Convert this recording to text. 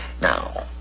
Now